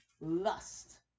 lust